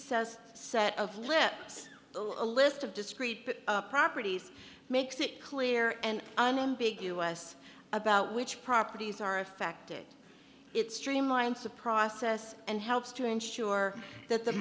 says set of lips a list of discreet properties makes it clear and unambiguous about which properties are affected it streamlines the process and helps to ensure that the